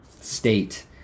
state